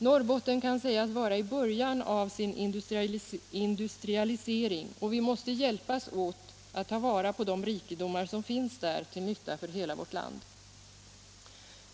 Norrbotten kan sägas vara i början av sin industrialisering, och vi måste hjälpas åt att ta vara på de rikedomar som finns där till nytta för hela vårt land.